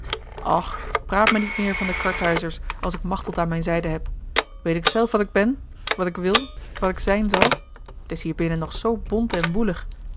och praat me niet meer van de karthuizers als ik machteld aan mijne zijde heb weet ik zelf wat ik ben wat ik wil wat ik zijn zal t is hierbinnen nog zoo bont en woelig